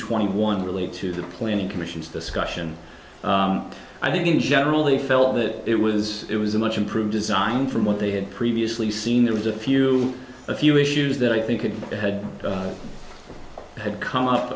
twenty one relate to the planning commission's discussion i think in general they felt that it was it was a much improved design from what they had previously seen it was a few a few issues that i think it had had come up